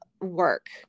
work